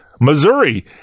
Missouri